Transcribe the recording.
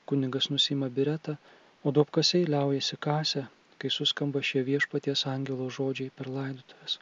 kunigas nusiima beretę o duobkasiai liaujasi kasę kai suskamba šie viešpaties angelo žodžiai per laidotuves